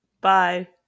bye